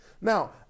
Now